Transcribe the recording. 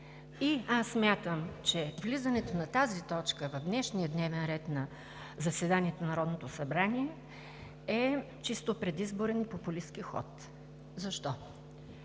и аз смятам, че влизането на тази точка в днешния дневен ред на заседанието на Народното събрание е чисто предизборен, популистки ход. Защо?